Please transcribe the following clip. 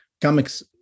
comics